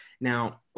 Now